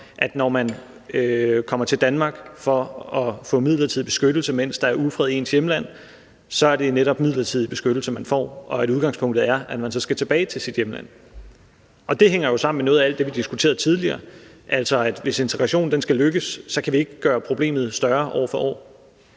at når man kommer til Danmark for at få midlertidig beskyttelse, mens der er ufred i ens hjemland, er det netop midlertidig beskyttelse, man får, og at udgangspunktet er, at man så skal tilbage til sit hjemland. Og det hænger jo sammen med noget af alt det, vi diskuterede tidligere, i forhold til at hvis integrationen skal lykkes, kan vi ikke gøre problemet større år for år